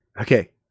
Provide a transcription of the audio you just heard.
Okay